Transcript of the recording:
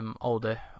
older